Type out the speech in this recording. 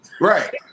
Right